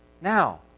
Now